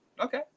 okay